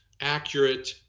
accurate